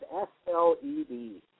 S-L-E-D